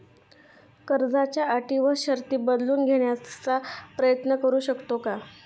कर्जाच्या अटी व शर्ती बदलून घेण्याचा प्रयत्न करू शकतो का?